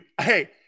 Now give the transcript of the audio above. hey